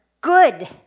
good